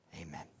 Amen